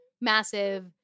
massive